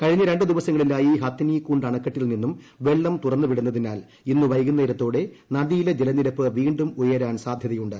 കഴിഞ്ഞ രണ്ടു ദിവസങ്ങളായി ഹത്നി കുണ്ഡ് അണക്കെട്ടിൽ നിന്നും വെള്ളം തുറന്നുവിടുന്നതിനാൽ ഇന്നു വൈകുന്നേരത്തോടെ നദിയിലെ ജലനിരപ്പ് വീണ്ടും ഉയരാൻ സാധ്യതയുണ്ട്